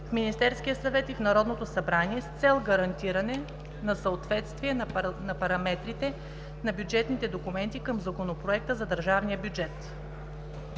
в Министерския съвет и в Народното събрание с цел гарантиране на съответствие на параметрите на бюджетните документи към Законопроекта за държавния бюджет.